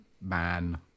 man